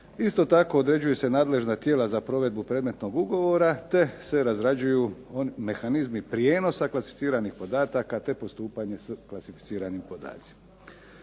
isto tako određuju se nadležna tijela za provedbu predmetnog ugovora, te se razrađuju mehanizmi prijenosa klasificiranih podataka, te postupanje s klasificiranim podacima.